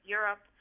Europe